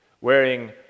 wearing